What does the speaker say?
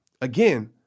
Again